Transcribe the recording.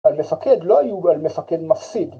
על מפקד לא יהיו, על מפקד מפסיד